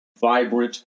vibrant